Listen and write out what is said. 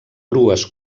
grues